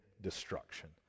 destruction